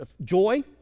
Joy